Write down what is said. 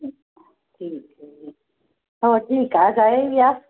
ਠੀਕ ਠੀਕ ਜੀ ਹੋਰ ਠੀਕ ਆ ਜਾ ਆਈ ਵਿਆਹ